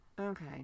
Okay